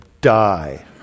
die